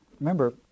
Remember